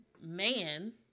man